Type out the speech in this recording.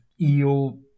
eel